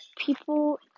People